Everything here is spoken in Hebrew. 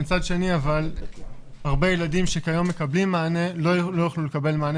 ומצד שני הרבה ילדים שכיום מקבלים מענה לא יוכלו לקבל מענה